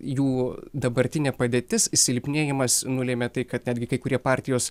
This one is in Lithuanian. jų dabartinė padėtis silpnėjimas nulėmė tai kad netgi kai kurie partijos